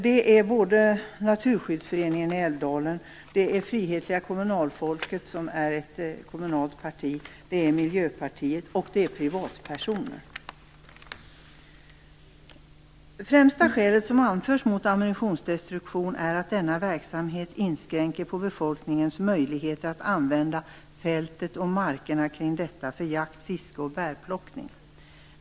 De kommer från Naturskyddsföreningen i Det främsta skälet som anförs mot ammunitionsdestruktion är att denna verksamhet inskränker befolkningens möjligheter att använda fältet och markerna kring detta för jakt, fiske och bärplockning.